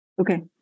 Okay